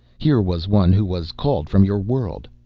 here was one who was called from your world.